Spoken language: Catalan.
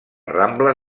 rambla